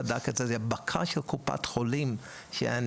זאת הייתה בקרית של קופת חולים שאני